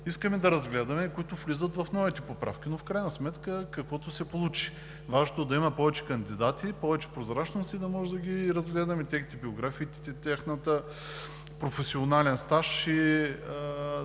искаме да разгледаме и които влизат в новите поправки, но в крайна сметка, каквото се получи. Важното е да има повече кандидати, повече прозрачност и да може да разгледаме техните биографии, професионален стаж и